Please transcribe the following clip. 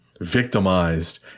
victimized